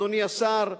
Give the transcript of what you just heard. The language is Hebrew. אדוני השר,